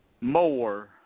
More